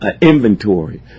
inventory